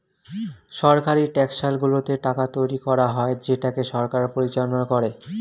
সরকারি টাকশালগুলোতে টাকা তৈরী করা হয় যেটাকে সরকার পরিচালনা করে